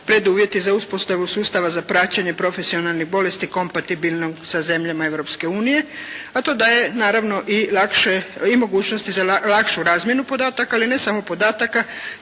preduvjeti za uspostavu sustava za praćenje profesionalnih bolesti kompatibilnog sa zemljama Europskom unijom, a to da je naravno lakše, i mogućnost za lakšu razmjenu podataka ali ne samo podataka